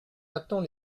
attend